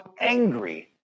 angry